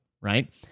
right